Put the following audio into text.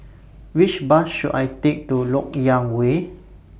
Which Bus should I Take to Lok Yang Way